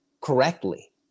correctly